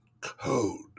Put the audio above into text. code